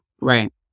right